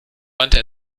wandte